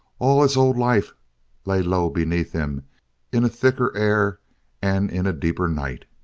all his old life lay low beneath him in a thicker air and in a deeper night.